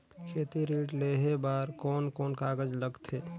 खेती ऋण लेहे बार कोन कोन कागज लगथे?